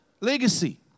Legacy